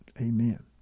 amen